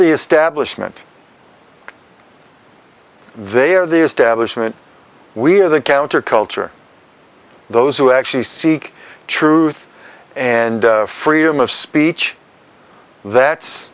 the establishment they are the establishment we're the counterculture those who actually seek truth and freedom of speech that